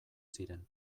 ziren